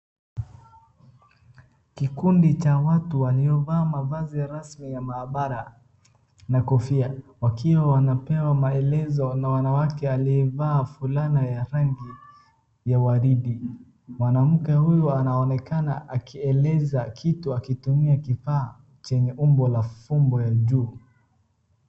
Kikundi cha watu waliyo vaa mavazi ya rasmi ya maabara na kofia wakiwa wanapewa maelezo na wanawake aliyevaa fulana ya rangi ya waridi. Mwanamke huyo anaonekana akieleza kitu akitumia kifaa chenye umbo la fumbo ya juu.